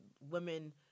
women